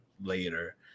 later